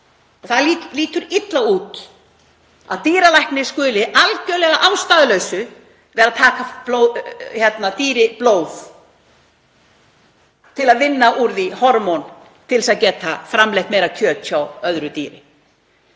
Það lítur illa út að dýralæknir skuli algerlega að ástæðulausu vera að taka dýri blóð til að vinna úr því hormón til að geta framleitt meira kjöt hjá öðru dýri.